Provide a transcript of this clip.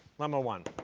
lemma one